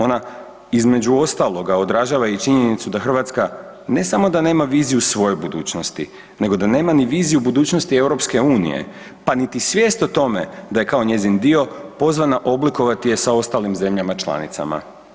Ona između ostaloga održava i činjenicu da Hrvatska ne samo da nema viziju svoje budućnosti, nego da nema ni viziju budućnosti EU-a pa niti svijest o tome da je kao njezin dio, pozvana oblikovati je sa ostalim članicama.